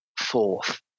fourth